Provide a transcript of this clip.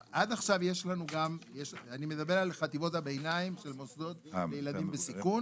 עד עכשיו אני מדבר על חטיבות הביניים של מוסדות הילדים בסיכון.